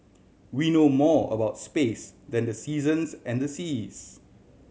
we know more about space than the seasons and the seas